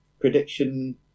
prediction